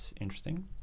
interesting